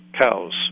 cows